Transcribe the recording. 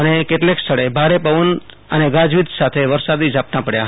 અને કેટલાંક સ્થળે ભારે પવન અને ગાજવીજ સાથે વરસાદી ઝાંપટા પડયા હતા